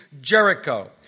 Jericho